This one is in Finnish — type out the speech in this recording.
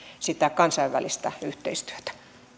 sitä kansainvälistä yhteistyötä